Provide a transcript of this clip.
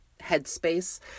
headspace